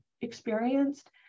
experienced